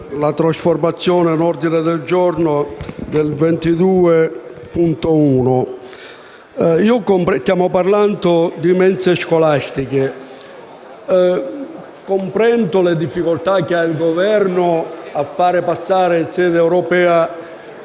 la trasformazione in ordine del giorno dell’emendamento 22.1. Stiamo parlando di mense scolastiche. Comprendo le difficoltà che il Governo ha a far passare in sede europea